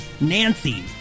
Nancy